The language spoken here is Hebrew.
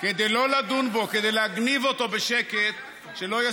תראה כמה ח"כים.